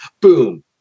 Boom